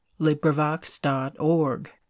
LibriVox.org